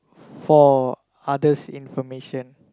for others information